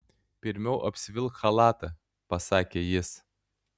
pirmiau apsivilk chalatą pasakė jis